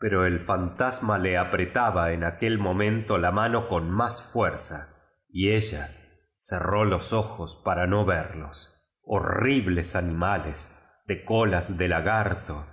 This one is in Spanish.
pero el fantasma la apretaba en aquel mo mento la mano con más fuerza y ella cerró loa ojos para no verlos horribles anímales de colas de lagarto